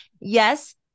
Yes